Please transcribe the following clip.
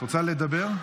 רוצה לדבר?